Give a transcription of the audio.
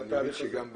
אני מבין שגם במידע,